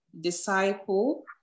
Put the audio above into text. disciple